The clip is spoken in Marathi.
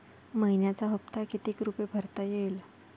मइन्याचा हप्ता कितीक रुपये भरता येईल?